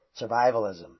survivalism